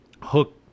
hook